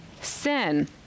Sin